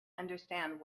understand